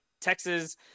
Texas